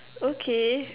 okay